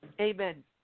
Amen